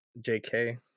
JK